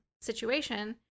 situation